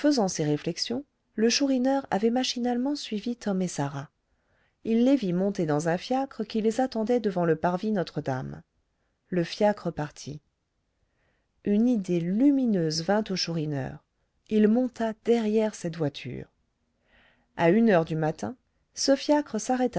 faisant ces réflexions le chourineur avait machinalement suivi tom et sarah il les vit monter dans un fiacre qui les attendait devant le parvis notre-dame le fiacre partit une idée lumineuse vint au chourineur il monta derrière cette voiture à une heure du matin ce fiacre s'arrêta